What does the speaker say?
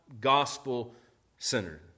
gospel-centered